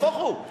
נהפוך הוא.